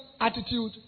attitude